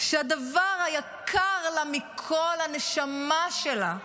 שהדבר היקר לה מכול, הנשמה שלה,